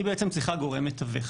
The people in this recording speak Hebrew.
היא בעצם צריכה גורם מתווך.